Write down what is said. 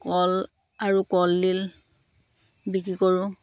কল আৰু কলডিল বিক্ৰী কৰোঁ